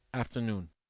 afternoon.